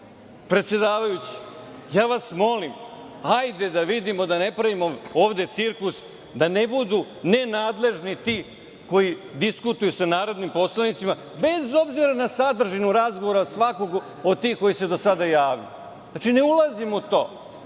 predsedavajući, molim vas da vidimo, da ne pravimo ovde cirkus, da ne budu nenadležni ti koji diskutuju sa narodnim poslanicima, bez obzira na sadržinu razgovora svakog od tih koji su se do sada javili. Znači, ne ulazim u to,